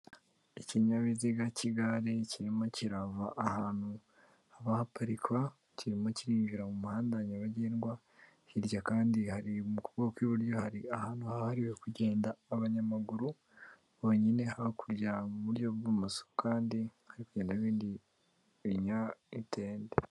Ikinyabiziga cy'igare kirimo kirava ahantu haba haparikwa kirimo cyinjira mu muhanda nyabagendwa, hirya kandi hari mu kuboko kw'iburyo hari ahantu hahariwe kugenda abanyamaguru bonyine, hakurya iburyo bw'amaso kandi haragenda bindi binyatende.